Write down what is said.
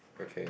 okay